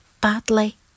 badly